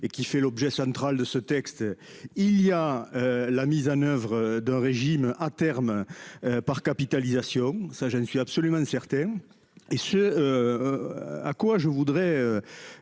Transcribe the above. et qui fait l'objet central de ce texte. Il y a la mise en oeuvre d'un régime à terme. Par capitalisation, ça j'en suis absolument certain et ce. À quoi je voudrais.